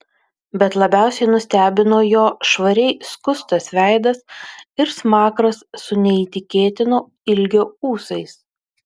bet labiausiai nustebino jo švariai skustas veidas ir smakras su neįtikėtino ilgio ūsais